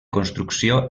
construcció